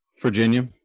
virginia